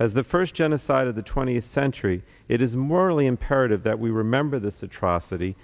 as the first genocide of the twentieth century it is morally imperative that we remember this atrocity